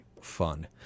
Fun